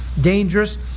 dangerous